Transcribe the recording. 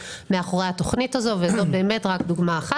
מאחורי התכנית הזאת וזו רק דוגמה אחת.